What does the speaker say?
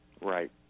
Right